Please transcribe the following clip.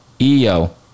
EO